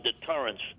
deterrence